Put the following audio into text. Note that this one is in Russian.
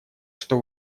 что